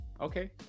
okay